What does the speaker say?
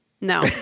no